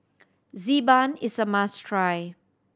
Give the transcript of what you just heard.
Xi Ban is a must try